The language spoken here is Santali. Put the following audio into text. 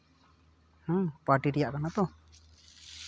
ᱦᱮᱸ ᱯᱟᱨᱴᱤ ᱨᱮᱭᱟᱜ ᱠᱟᱱᱟ ᱛᱚ